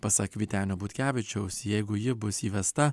pasak vytenio butkevičiaus jeigu ji bus įvesta